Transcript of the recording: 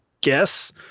guess